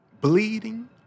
bleeding